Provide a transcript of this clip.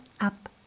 up